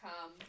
come